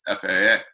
FAA